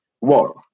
war